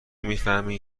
میفهمین